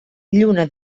lluna